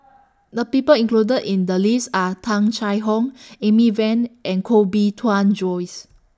The People included in The list Are Tung Chye Hong Amy Van and Koh Bee Tuan Joyce